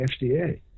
FDA